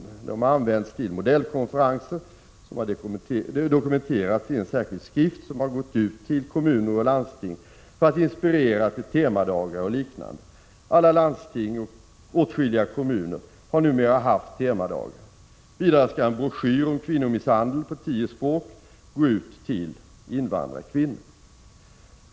Dessa medel har använts till modellkonferenser som dokumenterats i en särskild skrift som har gått ut till kommuner och landsting för att inspirera till temadagar och liknande. Alla landsting och åtskilliga kommuner har numera haft sådana temadagar. Vidare skall en broschyr, som kommer att tryckas på tio språk och som handlar om kvinnomisshandel, gå ut till invandrarkvinnor.